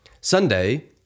Sunday